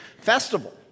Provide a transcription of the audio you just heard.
festival